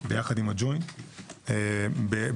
עם הג'וינט באוקראינה.